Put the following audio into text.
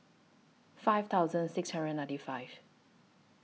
five thousand six hundred and ninety five